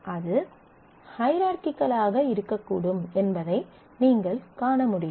அது ஹைராகிக்கலாக ஆக இருக்கக்கூடும் என்பதை நீங்கள் காண முடியும்